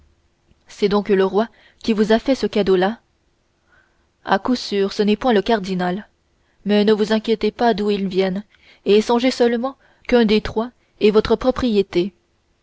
c'est donc le roi qui vous a fait ce cadeau là à coup sûr ce n'est point le cardinal mais ne vous inquiétez pas d'où ils viennent et songez seulement qu'un des trois est votre propriété